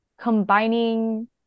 combining